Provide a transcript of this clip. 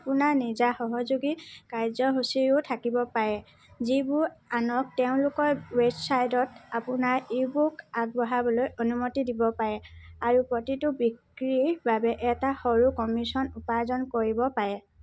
আপোনাৰ নিজা সহযোগী কাৰ্যসূচীও থাকিব পাৰে যিবোৰ আনক তেওঁলোকৰ ৱেবছাইটত আপোনাৰ ই বুক আগবঢ়াবলৈ অনুমতি দিব পাৰে আৰু প্ৰতিটো বিক্ৰীৰ বাবে এটা সৰু কমিছন উপাৰ্জন কৰিব পাৰে